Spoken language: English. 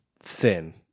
thin